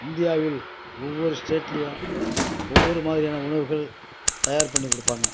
இந்தியாவில் ஒவ்வொரு ஸ்டேட்லையும் ஒவ்வொரு மாதிரியான உணவுகள் தயார் பண்ணிக் கொடுப்பாங்க